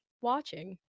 watching